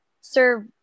serve